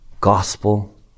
Gospel